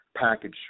package